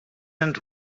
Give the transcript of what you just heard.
and